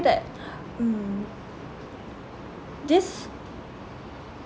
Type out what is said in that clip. that mm this